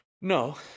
No